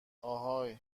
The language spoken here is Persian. آهای